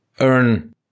earn